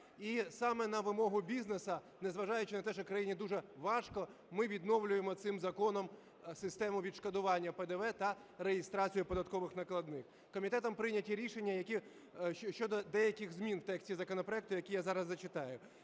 І саме на вимогу бізнесу, незважаючи на те, що країні дуже важко, ми відновлюємо цим законом систему відшкодування ПДВ та реєстрацію податкових накладних. Комітетом прийняті рішення щодо деяких змін в тексті законопроекту, який я зараз зачитаю.